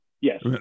yes